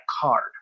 card